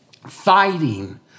fighting